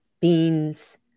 beans